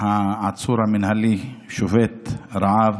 המינהלי השובת רעב